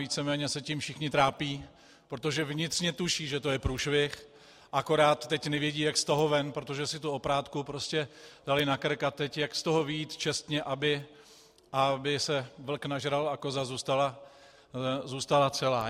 Víceméně se tím všichni trápí, protože vnitřně tuší, že to je průšvih, akorát teď nevědí, jak z toho ven, protože si tu oprátku prostě dali na krk a teď jak z toho vyjít čestně, aby se vlk nažral a koza zůstala celá.